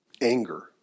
Anger